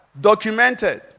Documented